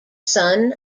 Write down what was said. son